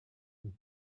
ist